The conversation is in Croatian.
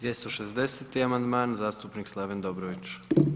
260. amandman zastupnik Slaven Dobrović.